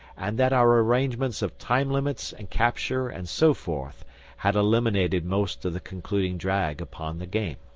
and that our arrangements of time-limits and capture and so forth had eliminated most of the concluding drag upon the game.